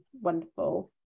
wonderful